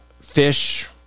fish